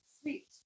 Sweet